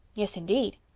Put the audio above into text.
yes, indeed.